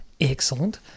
Excellent